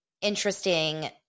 interesting